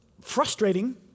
frustrating